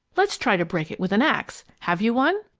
let's try to break it with an ax. have you one?